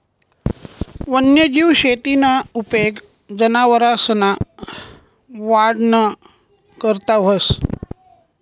वन्यजीव शेतीना उपेग जनावरसना वाढना करता व्हस